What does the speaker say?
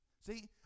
See